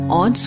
on